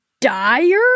dire